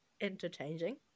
interchanging